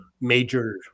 major –